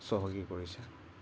চহকী কৰিছে